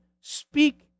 speak